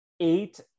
eight